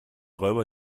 räuber